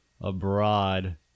abroad